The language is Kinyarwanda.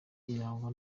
irangwa